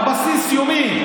על בסיס יומי.